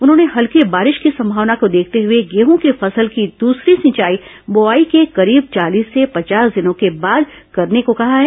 उन्होंने हल्की बारिश की संभावना को देखते हुए गेहूं की फसल की दूसरी सिंचाई बोआई के करीब चालीस से पचास दिनों के बाद करने को कहा है